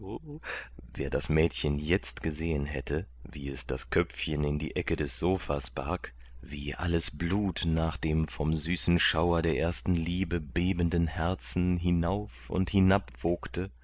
wer das mädchen jetzt gesehen hätte wie es das köpfchen in die ecke des sofas barg wie alles blut nach dem vom süßen schauer der ersten liebe bebenden herzen hinauf und hinab